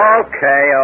okay